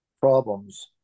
problems